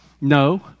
No